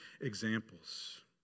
examples